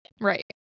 Right